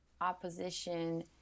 opposition